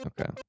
Okay